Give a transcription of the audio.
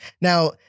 Now